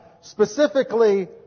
specifically